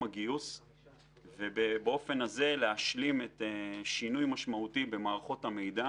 הגיוס ובאופן הזה להשלים שינוי משמעותי במערכות המידע